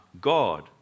God